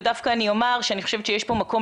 ודווקא אני אומר שאני חושבת שיש פה מקום